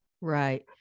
Right